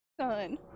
son